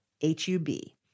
H-U-B